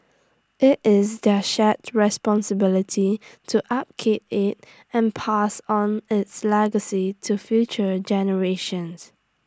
IT is their shared responsibility to upkeep IT and pass on its legacy to future generations